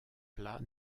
plat